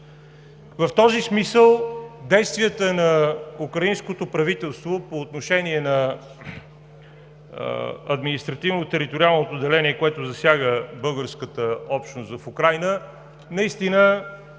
В този смисъл действията на украинското правителство по отношение на административно-териториалното деление, което засяга българската общност в Украйна, наистина